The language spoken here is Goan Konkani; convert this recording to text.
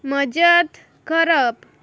मजत करप